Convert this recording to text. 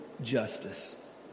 justice